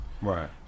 Right